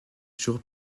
toujours